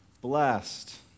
Blessed